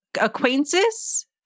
acquaintances